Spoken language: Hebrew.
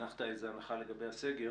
הנחת איזו הנחה לגבי הסגר.